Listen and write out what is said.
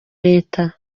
leta